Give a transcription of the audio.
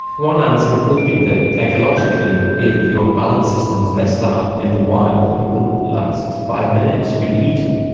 one answer could be that ecologically if your balance system is messed up in the wild you wouldn't last five minutes, you'd be eaten.